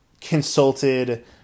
consulted